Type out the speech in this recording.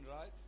right